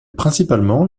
principalement